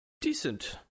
decent